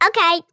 Okay